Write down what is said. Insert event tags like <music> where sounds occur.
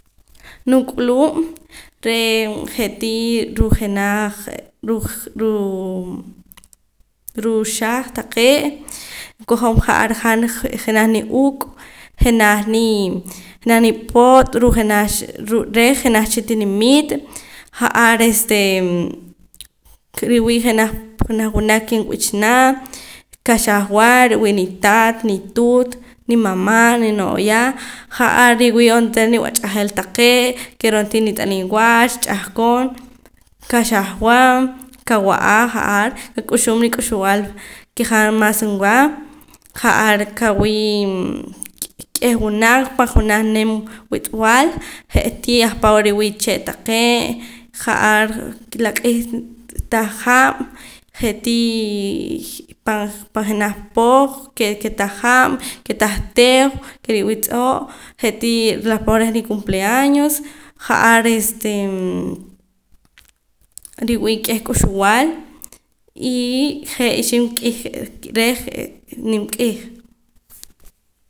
Nuk'ulub' ree' je'tii ruu' jenaj ruu' <hesitation> xaj taqee' kojom ja'ar han je' jenaj ni uuk' jenaj nii jenanj nipo't ruu' jenaj cha reh jenaj cha tinimit ja'ar este riwii' jenaj wunaq ke nb'ichana kaxajwa riwii' nitaat nituut nimama' ninooya ja'ar riwii' ontera niwach'ajal taqee' ke ro'ntii nit'aliim wach ch'ahqon kaxajwa kawa'a ja'ar qak'uxub la k'uxb'al ke han mas nwaa ja'ar kawii' k'eh wunaq pan jenaj nim wi'b'al je'tii ahpare' riwii' chee' taqee' ja'ar la q'iij tah hab' je'tii pan pan jenaj poh ke tah hab' ke tah teew ke riwii' tz'oo' je'tii la poh reh nicumpleaños ja'ar este riwii' k'eh k'uxb'al y je' ixib' q'iij reh nimq'iij